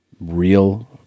real